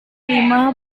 lima